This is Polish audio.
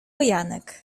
janek